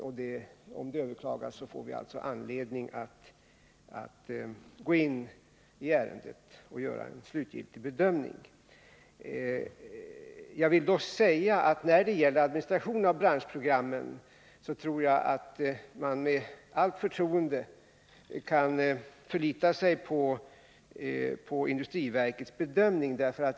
Om det sker ett sådant överklagande får vi alltså anledning att gå in i ärendet och göra en slutgiltig bedömning. Nr 41 När det gäller administrationen av branschprogrammen tror jag att man med allt förtroende kan förlita sig på industriverkets bedömning.